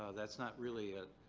that's not really a